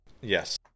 yes